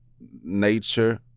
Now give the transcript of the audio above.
nature